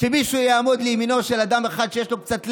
שמישהו יעמוד לימינו של אדם אחד שיש לו קצת לב,